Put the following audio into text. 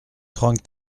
trente